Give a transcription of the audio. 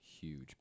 huge